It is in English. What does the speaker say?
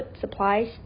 supplies